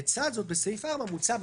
לצד זה בסעיף 4 מוצע,